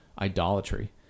idolatry